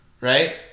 right